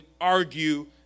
argue